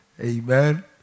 Amen